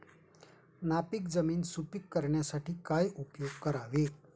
नापीक जमीन सुपीक करण्यासाठी काय उपयोग करावे?